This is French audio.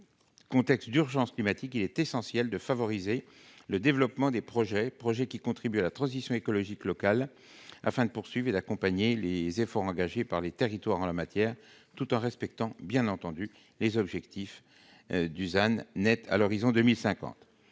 contexte d'urgence climatique, il est essentiel de favoriser le développement de projets qui contribuent à la transition écologique locale, afin de poursuivre et d'accompagner les efforts engagés par les territoires en la matière, tout en respectant les objectifs de « zéro